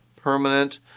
permanent